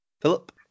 Philip